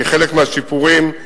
כחלק מהשיפורים,